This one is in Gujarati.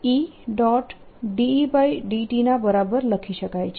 E∂t ના બરાબર લખી શકાય છે